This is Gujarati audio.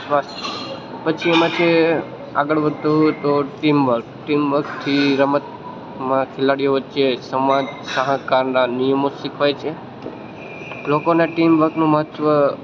સ્વાસ પછી એમાં જે આગળ વધતું હોય તો ટીમ વર્ક ટીમ વર્કથી રમતમાં ખિલાડીઓ વચ્ચે સમાન સહાકારના નિયમો શિખવાય છે લોકોને ટીમ વર્કનું મહત્ત્વ